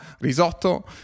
risotto